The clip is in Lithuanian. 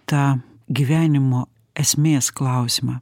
tą gyvenimo esmės klausimą